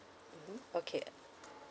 mmhmm okay